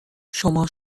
شما